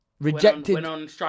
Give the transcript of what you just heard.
Rejected